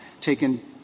taken